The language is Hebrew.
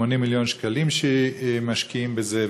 80 מיליון שקלים שמשקיעים בזה,